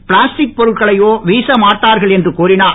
plastic பொருள்களையோ வீச மாட்டார்கள் என்று கூறினார்